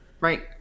right